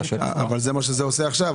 אבל זה מה שזה עושה עכשיו.